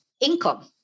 income